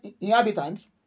inhabitants